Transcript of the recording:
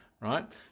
right